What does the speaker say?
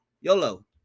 yolo